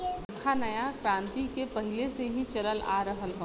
चरखा नया क्रांति के पहिले से ही चलल आ रहल हौ